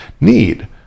need